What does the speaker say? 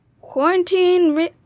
quarantine